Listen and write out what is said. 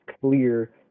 clear